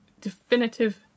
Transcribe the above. definitive